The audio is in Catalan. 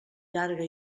llarga